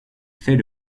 fait